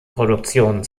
produktionen